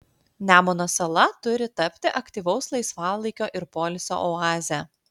nemuno sala turi tapti aktyvaus laisvalaikio ir poilsio oaze